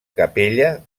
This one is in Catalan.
capella